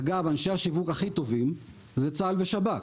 אגב, אנשי השיווק הכי טובים זה צה"ל ושב"כ,